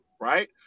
right